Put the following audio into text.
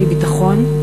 מביטחון.